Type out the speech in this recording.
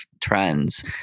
trends